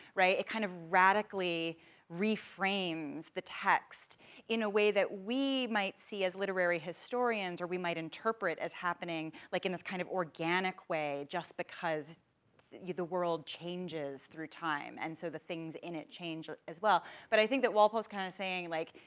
right? it kind of radically reframes the text in a way that we might see, as literary historians, or we might interpret as happening, like in this kind of organic way, just because the world changes through time, and so the things in it change, as well. but i think that walpole is kind of saying, like,